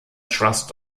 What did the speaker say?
trust